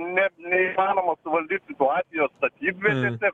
net neįmanoma suvaldyt šituo atveju statybvietėse